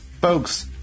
Folks